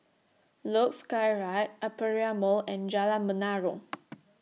Luge Skyride Aperia Mall and Jalan Menarong